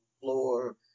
floor